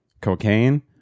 cocaine